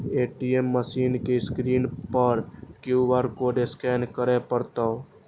ATM machine के screen पर सं क्यू.आर कोड स्कैन करय पड़तै